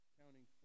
counting